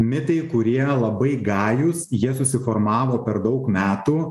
mitai kurie labai gajūs jie susiformavo per daug metų